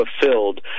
fulfilled